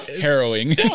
Harrowing